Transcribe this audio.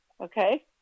Okay